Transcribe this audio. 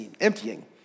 emptying